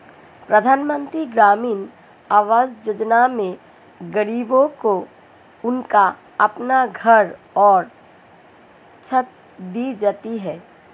प्रधानमंत्री ग्रामीण आवास योजना में गरीबों को उनका अपना घर और छत दी जाती है